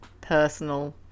personal